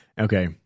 Okay